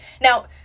now